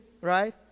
right